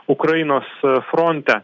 ukrainos fronte